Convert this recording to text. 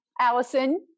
Allison